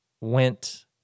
went